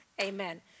Amen